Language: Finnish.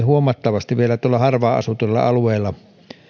huomattavasti vielä tuolla harvaan asutuilla alueilla